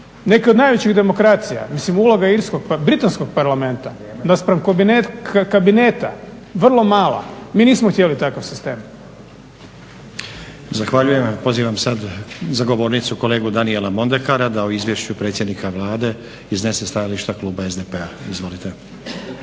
Neki od najvećih demokracija, mislim uloga irskog, britanskog parlamenta naspram kabineta vrlo mala. Mi nismo htjeli takav sistem. **Stazić, Nenad (SDP)** Zahvaljujem. Pozivam sad za govornicu kolegu Daniela Mondekara da o izvješću predsjednika Vlade iznese stajališta kluba SDP-a. Izvolite.